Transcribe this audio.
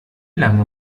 lange